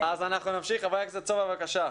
חבר הכנסת סובה, בבקשה.